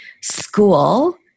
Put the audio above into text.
school